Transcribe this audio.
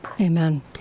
Amen